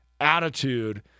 attitude